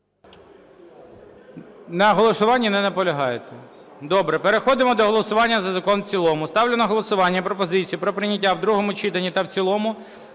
На голосуванні не наполягаєте? Добре. Переходимо до голосування за закон в цілому. Ставлю на голосування пропозицію про прийняття в другому читанні та в цілому